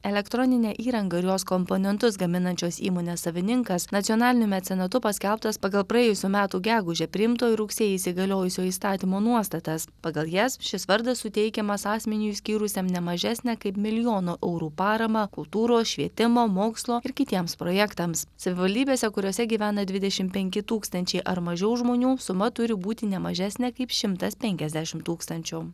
elektroninę įrangą ir jos komponentus gaminančios įmonės savininkas nacionaliniu mecenatu paskelbtas pagal praėjusių metų gegužę priimto ir rugsėjį įsigaliojusio įstatymo nuostatas pagal jas šis vardas suteikiamas asmeniui skyrusiam ne mažesnę kaip milijono eurų paramą kultūros švietimo mokslo ir kitiems projektams savivaldybėse kuriose gyvena dvidešim penki tūkstančiai ar mažiau žmonių suma turi būti ne mažesnė kaip šimtas penkiasdešim tūkstančių